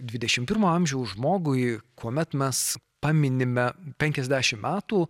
dvidešimt pirmo amžiaus žmogui kuomet mes paminime penkiasdešimt metų